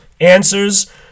answers